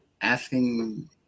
asking